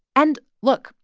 and look.